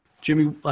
Jimmy